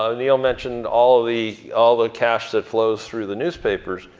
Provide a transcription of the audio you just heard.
ah neil mentioned all the all the cash that flows through the newspapers,